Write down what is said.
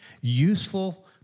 useful